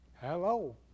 Hello